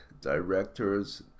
Directors